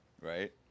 right